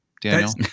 Daniel